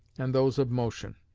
and those of motion.